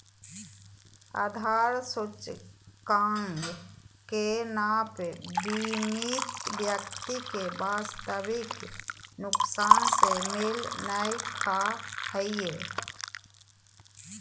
आधार सूचकांक के नाप बीमित व्यक्ति के वास्तविक नुकसान से मेल नय खा हइ